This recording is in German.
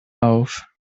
auf